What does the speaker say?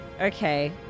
Okay